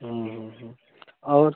हाँ हाँ हाँ और